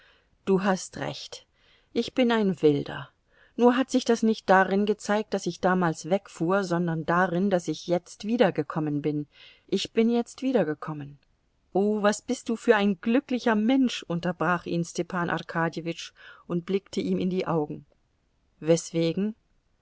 du hast recht ich bin ein wilder nur hat sich das nicht darin gezeigt daß ich damals wegfuhr sondern darin daß ich jetzt wiedergekommen bin ich bin jetzt wiedergekommen oh was bist du für ein glücklicher mensch unterbrach ihn stepan arkadjewitsch und blickte ihm in die augen weswegen